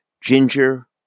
Ginger